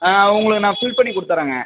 ஆ உங்களுக்கு நான் ஃபில் பண்ணிக் கொடுத்தர்றேங்க